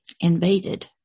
invaded